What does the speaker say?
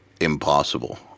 impossible